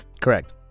Correct